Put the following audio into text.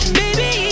baby